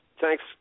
thanks